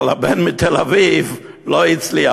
אבל הבן מתל-אביב לא הצליח.